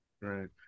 Right